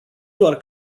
doar